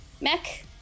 mech